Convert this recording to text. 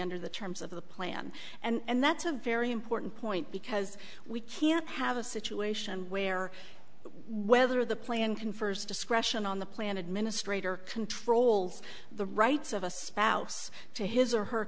under the terms of the plan and that's a very important point because we can't have a situation where whether the plan confers discretion on the planet administrator controls the rights of a spouse to his or her